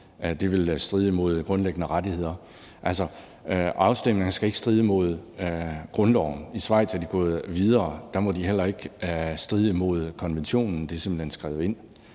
det ville stride imod grundlæggende rettigheder. Afstemninger skal ikke stride imod grundloven. I Schweiz er de gået videre: Der må de heller ikke stride imod konventionen – det er simpelt hen skrevet ind.